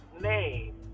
name